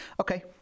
okay